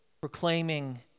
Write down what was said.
proclaiming